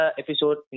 episode